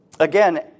again